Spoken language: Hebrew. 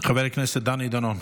חבר הכנסת דני דנון,